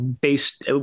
Based